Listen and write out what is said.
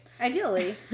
ideally